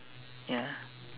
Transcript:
ya